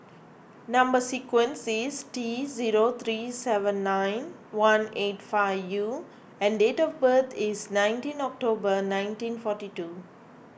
Number Sequence is T zero three seven nine one eight five U and date of birth is nineteen October nineteen forty two